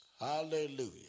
Hallelujah